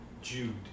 Jude